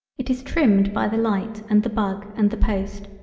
it is trimmed by the light and the bug and the post,